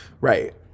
Right